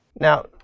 Now